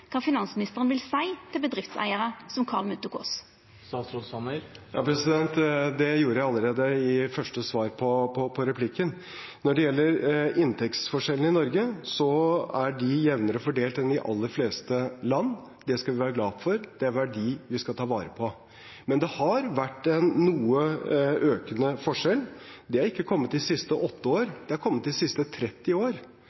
finansministeren vil seia til bedriftseigarar som Karl Munthe-Kaas. Det gjorde jeg allerede i svaret på den første replikken. Når det gjelder inntektsforskjellene i Norge, er de jevnere fordelt enn i de aller fleste land. Det skal vi være glade for, det er en verdi vi skal ta vare på. Men det har vært en noe økende forskjell. Den har ikke kommet de siste åtte